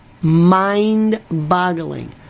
mind-boggling